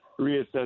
reassess